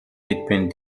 between